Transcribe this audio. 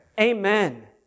amen